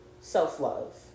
self-love